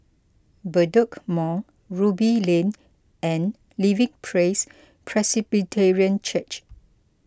Bedok Mall Ruby Lane and Living Praise Presbyterian Church